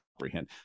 comprehend